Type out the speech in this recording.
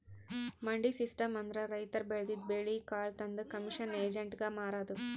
ಮಂಡಿ ಸಿಸ್ಟಮ್ ಅಂದ್ರ ರೈತರ್ ಬೆಳದಿದ್ದ್ ಬೆಳಿ ಕಾಳ್ ತಂದ್ ಕಮಿಷನ್ ಏಜೆಂಟ್ಗಾ ಮಾರದು